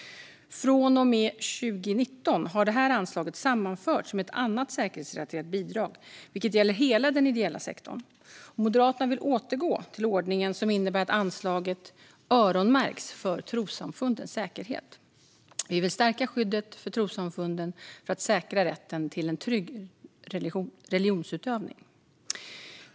Från och med 2019 har detta anslag sammanförts med ett annat säkerhetsrelaterat bidrag, vilket gäller hela den ideella sektorn. Moderaterna vill återgå till ordningen som innebär att anslaget öronmärks för trossamfundens säkerhet. Vi vill stärka skyddet för trossamfunden för att säkra rätten till en trygg religionsutövning.